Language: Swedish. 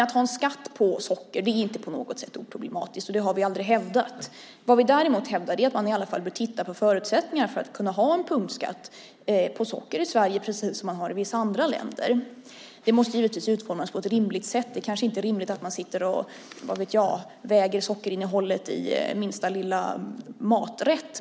Att ha skatt på socker är på intet sätt oproblematiskt, och det har vi heller aldrig hävdat. Däremot hävdar vi att man bör titta på förutsättningarna för att kunna ha en punktskatt på socker i Sverige, på samma sätt som i vissa andra länder. Den måste givetvis utformas på ett rimligt sätt. Det kanske inte är rimligt att man sitter och, vad vet jag, väger sockerinnehållet i minsta lilla maträtt.